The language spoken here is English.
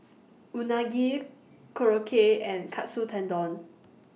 Unagi Korokke and Katsu Tendon